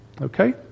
Okay